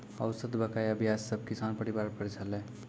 औसत बकाया ब्याज सब किसान परिवार पर छलै